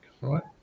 right